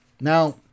Now